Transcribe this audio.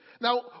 Now